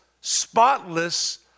spotless